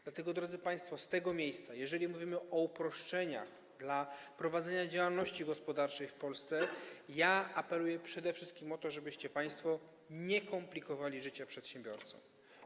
Dlatego, drodzy państwo, z tego miejsca, jeżeli mówimy o uproszczeniach w prowadzeniu działalności gospodarczej w Polsce, apeluję przede wszystkim o to, żebyście państwo nie komplikowali życia przedsiębiorcom.